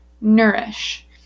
nourish